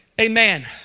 Amen